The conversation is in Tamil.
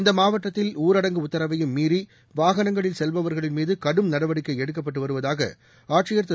இந்தமாவட்டத்தில் ஊரடங்கு உத்தரவையும் மீறிவாகனங்களில் செல்பவர்களின் மீதுகடும் நடவடிக்கைஎடுக்கப்பட்டுவருவதாகஆட்சியா் திரு